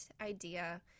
idea